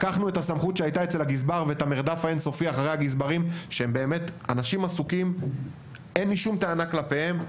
גזברים הם אנשים באמת עסוקים; אין לי שום טענה כלפיהם.